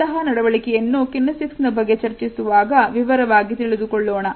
ಇಂತಹ ನಡವಳಿಕೆಯನ್ನು ಕಿನೆಸಿಕ್ಸ್ ನ ಬಗ್ಗೆ ಚರ್ಚಿಸುವಾಗ ವಿವರವಾಗಿ ತಿಳಿಯೋಣ